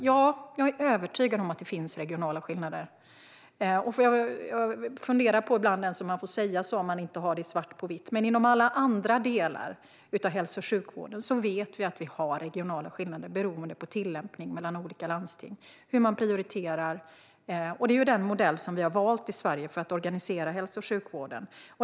Jag är övertygad om att det finns regionala skillnader. Jag funderar ibland på om man ens får säga det om man inte har det svart på vitt, men vi vet att det finns regionala skillnader inom alla andra delar av hälso och sjukvården. Det beror på hur olika landsting tillämpar och prioriterar. Det är den modell som vi har valt i Sverige för att organisera hälso och sjukvården.